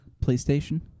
PlayStation